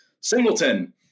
Singleton